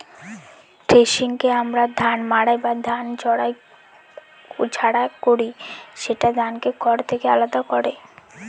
থ্রেশিংকে আমরা ধান মাড়াই বা ধান ঝাড়া কহি, যেটা ধানকে খড় থেকে আলাদা করে